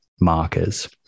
markers